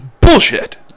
bullshit